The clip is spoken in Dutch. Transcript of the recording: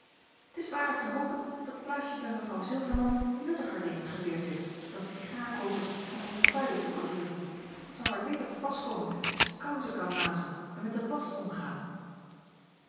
t is waarlijk te hopen dat klaasje bij mw zilverman nuttiger dingen geleerd heeft dan cigaarkokers en portefeuilles te borduren t zal haar beter te pas komen dat ze kousen kan mazen en met de wasch omgaan